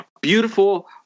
beautiful